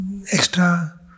extra